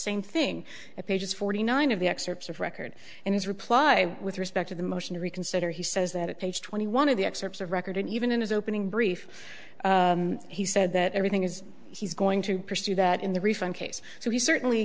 same thing at pages forty nine of the excerpts of record and his reply with respect to the motion to reconsider he says that page twenty one of the excerpts of record and even in his opening brief he said that everything is he's going to pursue that in the refund case so he certainly